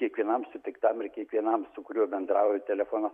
kiekvienam sutiktam ir kiekvienam su kuriuo bendrauju telefonu